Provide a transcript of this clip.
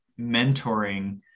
mentoring